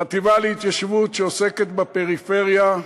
חטיבה להתיישבות שעוסקת בפריפריה,